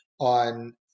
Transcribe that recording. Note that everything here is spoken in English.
on